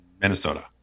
minnesota